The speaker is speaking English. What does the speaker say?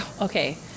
okay